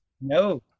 No